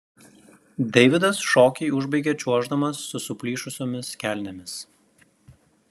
deividas šokį užbaigė čiuoždamas su suplyšusiomis kelnėmis